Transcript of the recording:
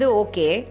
okay